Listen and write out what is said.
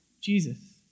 Jesus